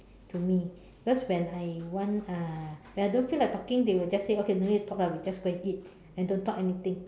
to me because when I want uh when I don't feel like talking they will just say okay don't need talk ah we just go and eat and don't to talk anything